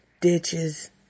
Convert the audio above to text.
ditches